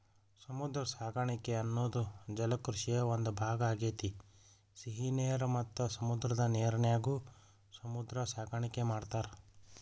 ಸಮುದ್ರ ಸಾಕಾಣಿಕೆ ಅನ್ನೋದು ಜಲಕೃಷಿಯ ಒಂದ್ ಭಾಗ ಆಗೇತಿ, ಸಿಹಿ ನೇರ ಮತ್ತ ಸಮುದ್ರದ ನೇರಿನ್ಯಾಗು ಸಮುದ್ರ ಸಾಕಾಣಿಕೆ ಮಾಡ್ತಾರ